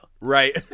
right